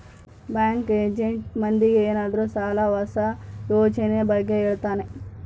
bank agent ಮಂದಿಗೆ ಏನಾದ್ರೂ ಸಾಲ ಹೊಸ ಯೋಜನೆ ಬಗ್ಗೆ ಹೇಳ್ತಾನೆ